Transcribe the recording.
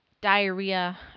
diarrhea